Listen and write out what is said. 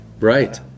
Right